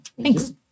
Thanks